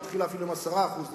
היא התחילה אפילו עם 10% לנפש,